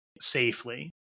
safely